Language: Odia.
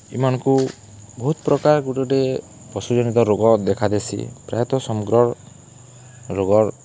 ଇମାନ୍କୁ ବହୁତ୍ ପ୍ରକାର୍ ଗୁଟେ ଗୁଟେ ପଶୁଜନିତ ରୋଗ ଦେଖାଦେସି ପ୍ରାୟତଃ ସମକିରର୍ ରୋଗର